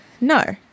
No